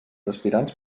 aspirants